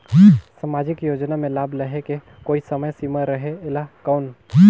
समाजिक योजना मे लाभ लहे के कोई समय सीमा रहे एला कौन?